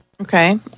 Okay